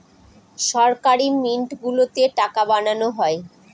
সরকারি মিন্ট গুলোতে টাকা বানানো হয়